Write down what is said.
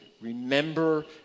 Remember